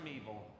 evil